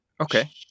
Okay